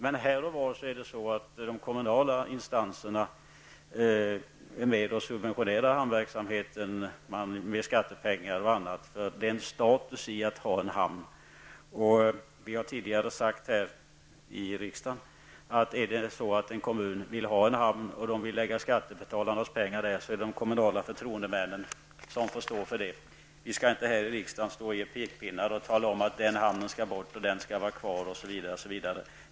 Men här och var är de kommunala instanserna med och subventionerar hamnverksamheten med skattepengar och annat. Det finns en status i att ha en hamn. Vi har tidigare sagt i riksdagen att om en kommun vill ha en hamn, och man vill lägga skattebetalarnas pengar på det, får de kommunala förtroendemännen stå för det. Vi skall inte stå här i riksdagen och ge pekpinnar och tala om att den hamnen skall bort och den andra skall vara kvar osv.